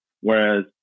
whereas